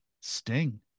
Sting